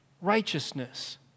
righteousness